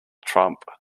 trump